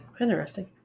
Interesting